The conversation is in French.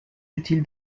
utile